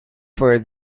for